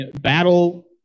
battle